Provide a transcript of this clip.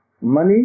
money